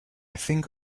think